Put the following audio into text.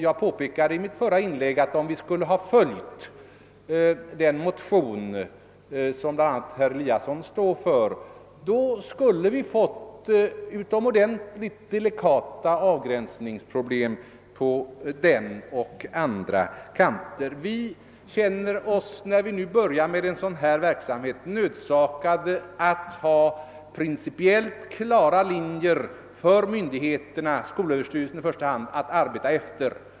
Jag påpekade i mitt förra inlägg att om vi hade följt den motion som bl.a. herr Eliasson står för skulle vi ha fått utomordentligt delikata avgränsningsproblem att lösa på denna och andra punkter. När vi nu börjar med en sådan verksamhet som denna känner vi oss nödsakade att dra upp principiellt klara linjer för myndigheterna, i första hand skolöverstyrelsen, att arbeta efter.